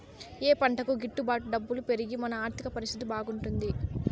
ఏ పంటకు గిట్టు బాటు డబ్బులు పెరిగి మన ఆర్థిక పరిస్థితి బాగుపడుతుంది?